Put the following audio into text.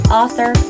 author